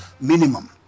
Minimum